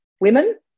Women